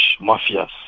mafias